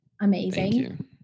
amazing